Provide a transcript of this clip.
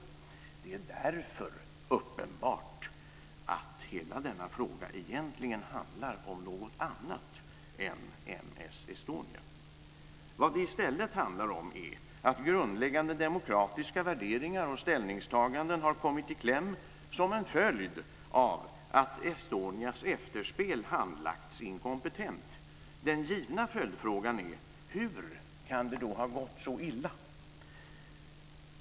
Det är därför uppenbart att hela denna fråga egentligen handlar om något annat än M/S Estonia. Vad det i stället handlar om är att grundläggande demokratiska värderingar och ställningstaganden har kommit i kläm som en följd av att Estonias efterspel handlagts inkompetent. Den givna följdfrågan är: Hur kan det då ha gått så illa?